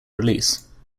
release